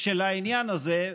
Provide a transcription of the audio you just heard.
של העניין הזה,